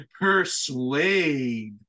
Persuade